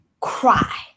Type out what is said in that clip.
cry